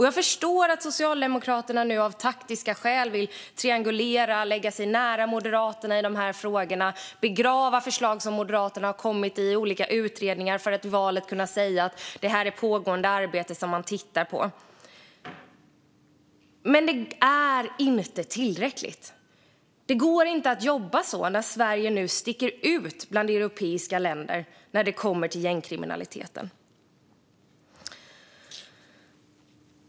Jag förstår att Socialdemokraterna nu av taktiska skäl vill triangulera, lägga sig nära Moderaterna i de här frågorna och begrava förslag som Moderaterna kommit med i olika utredningar för att i valrörelsen kunna säga att det här är pågående arbete som man tittar på. Men det är inte tillräckligt. Det går inte att jobba så när Sverige nu sticker ut bland europeiska länder när det gäller gängkriminaliteten.